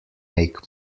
make